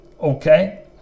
okay